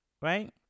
right